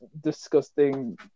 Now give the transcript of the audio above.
disgusting